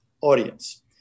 audience